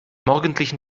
morgendlichen